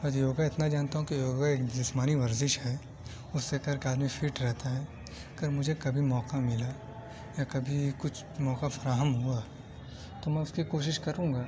بس یوگا اتنا جانتا ہوں کہ یوگا ایک جسمانی ورزش ہے اسے کر کے آدمی فٹ رہتا ہے اگر کبھی مجھے موقعہ ملا یا کبھی کچھ موقعہ فراہم ہوا تو میں اس کی کوشش کروں گا